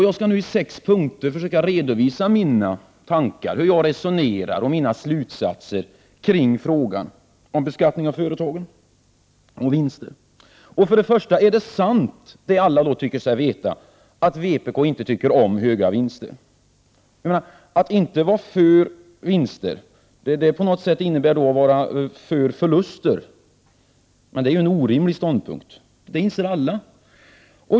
Jag skall nu i sex punkter försöka redovisa hur jag resonerar och mina slutsatser kring frågan om beskattning av företag och vinster. För det första. Är det sant — det alla tycker sig veta — att vpk inte tycker om stora vinster? Att inte vara för vinster innebär på något sätt att man är för förluster. Alla inser att det är en orimlig ståndpunkt.